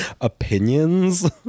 opinions